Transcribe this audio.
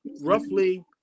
roughly